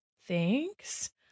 thanks